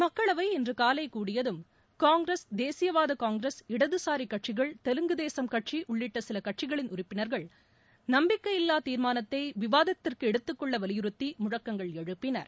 மக்களவை இன்று காலை கூடியதும் காங்கிரஸ் தேசியவாத காங்கிரஸ் இடதுசாரி கட்சிகள் தெலுங்கு தேசம் கட்சி உள்ளிட்ட சில கட்சிகளின் உறுப்பினர்கள் நம்பிக்கையில்லா தீர்மானத்தை விவாதத்திற்கு எடுத்துக்கொள்ள வலியுறுத்தி முழக்கங்கள் எழுப்பினர்